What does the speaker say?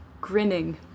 grinning